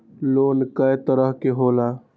Loan कय तरह के होला?